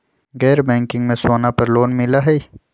गैर बैंकिंग में सोना पर लोन मिलहई?